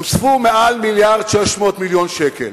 הוספו מעל מיליארד ו-300 מיליון שקלים.